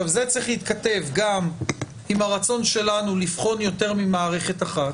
זה צריך להתכתב גם עם הרצון שלנו לבחון יותר ממערכת אחת,